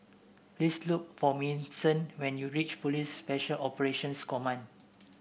please look for Manson when you reach Police Special Operations Command